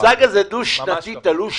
המושג הזה דו-שנתי תלוש